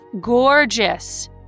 gorgeous